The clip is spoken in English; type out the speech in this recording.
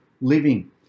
living